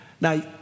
Now